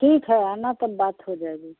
ठीक है आना तब बात हो जाएगी